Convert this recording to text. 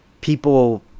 people